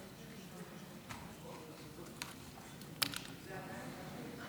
איזה יום ואיזו סיומת ליום כל כך קשוח שהיה לנו כאן במליאת הכנסת.